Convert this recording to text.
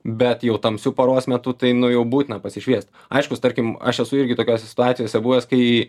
bet jau tamsiu paros metu tai nu jau būtina pasišviest aiškus tarkim aš esu irgi tokiose situacijose buvęs kai